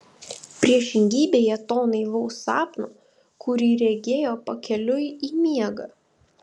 priešingybėje to naivaus sapno kurį regėjo pakeliui į miegą